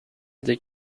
they